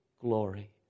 glory